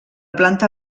planta